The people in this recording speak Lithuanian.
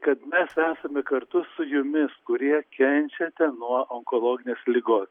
kad mes esame kartu su jumis kurie kenčiate nuo onkologinės ligos